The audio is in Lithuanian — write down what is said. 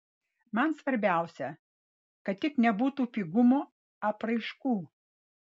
man svarbiausia kad tik nebūtų pigumo apraiškų